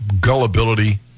gullibility